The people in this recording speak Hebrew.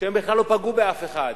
שהם בכלל לא פגעו באף אחד.